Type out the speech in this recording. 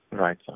Right